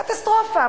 קטסטרופה.